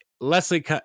Leslie